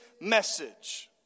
message